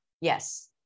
Yes